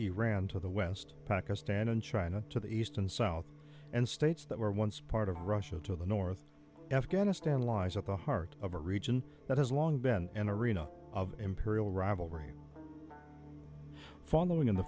iran to the west pakistan and china to the east and south and states that were once part of russia to the north afghanistan lies at the heart of a region that has long been an arena of imperial rivalry following in